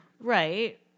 Right